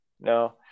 No